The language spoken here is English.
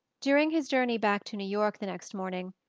during his journey back to new york the next morning,